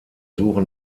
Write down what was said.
suche